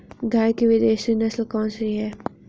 गाय की विदेशी नस्ल कौन सी है?